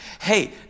Hey